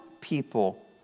people